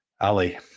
Ali